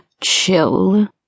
chill